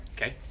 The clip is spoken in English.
Okay